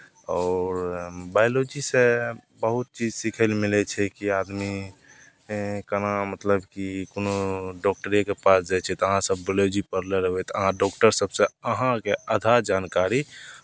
आओर बाइलोजीसँ बहुत चीज सीखय लेल मिलै छै कि आदमी केना मतलब कि कोनो डॉक्टरेके पास जाइ छै तऽ अहाँसभ बाइलोजी पढ़ने रहबै तऽ अहाँ डॉक्टर सभसँ अहाँकेँ आधा जानकारी